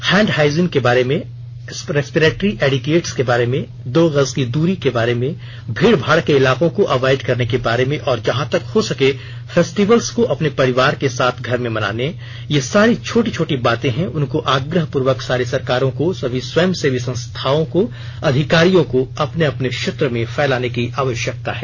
hand hygiene के बारे में रेस्प्रेट्री एडिकेट्स के बारे में दो गज की दूरी के बारे में भीड़ भाड़ के इलाकों को अवाइड करने के बारे में और जहां तक हो सकें फेस्टिवल्स को अपने परिवार के साथ घर में मनाने ये सारी जो छोटी छोटी बातें हैं उनको आग्रहपूर्वक सारे सरकारों को सभी स्वयंसेवी सस्थाओं को अधिकारियों को अपने अपने क्षेत्र में फैलाने की आवश्यकता है